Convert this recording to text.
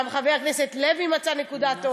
גם חבר הכנסת לוי מצא נקודת אור.